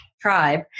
tribe